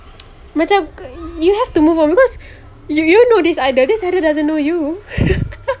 macam you have to move on because you you know this idol this idol doesn't know you